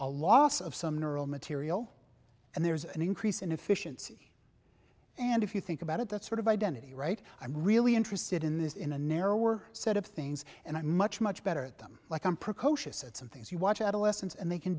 a loss of some neural material and there's an increase in efficiency and if you think about it that's sort of identity right i'm really interested in this in a narrower set of things and i'm much much better at them like i'm precocious at some things you watch adolescents and they can